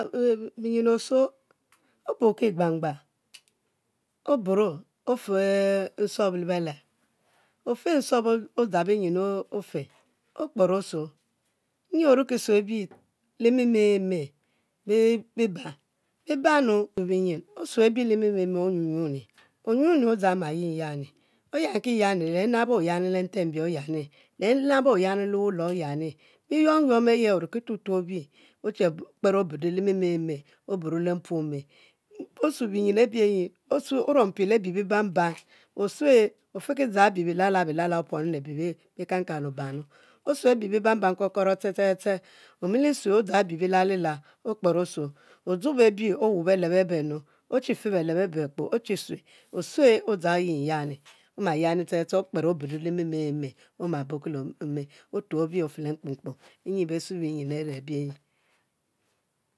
Oburki e'gban gbang, oburo ofe nsuom le beleb. ofw nsuom odzang binyin ofe okper osuo nyi oriki sue bi li me-me-me biban, banu, osue bi le me-me-me onyi yani onyi odzang oma yinyam, oyanki yam le nebue oyani le ntembie oyami le e'nabue oyani le wulo oyani, biyuom yuom aye, oruki tuo tuo bi, oche kper obedo le e'me-me-me oburo le mpuome, odue bibyin abie nyi oruompi osue abibiban, osue ofi ki dzang abi bilala bilala opuom le bi bi kan kan obano osue abi bi ban kokoro ste ste ste, omilisue, odzang abi bilalila okper osuo, odzube bi owor beleb abe nu ochi fe beleb abe bekpo ochi sue, osue odzang oyiyamu, ama yami ste ste ste, okper obedu le e'me-me-m, oma burki le-ome otuo e'bi ofe le mkpunkpung nyi besue binyin a're bie nyi